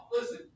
listen